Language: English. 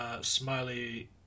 Smiley